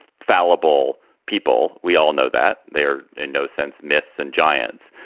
fallible people. we all know that they are in no sense myths and giants.